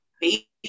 baby